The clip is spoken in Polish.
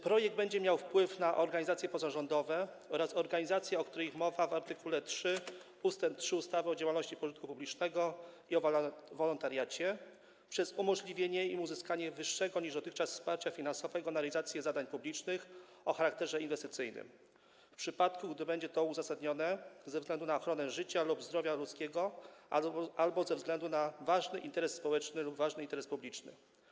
Projekt będzie miał wpływ na organizacje pozarządowe oraz organizacje, o których mowa w art. 3 ust. 3 ustawy o działalności pożytku publicznego i o wolontariacie, przez umożliwienie im uzyskania wyższego niż dotychczas wsparcia finansowego na realizację zadań publicznych o charakterze inwestycyjnym, w przypadku gdy będzie to uzasadnione ze względu na ochronę życia lub zdrowia ludzkiego albo ze względu na ważny interes społeczny lub ważny interes publiczny.